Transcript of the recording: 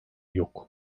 yok